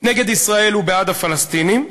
נגד ישראל ובעד הפלסטינים,